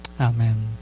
Amen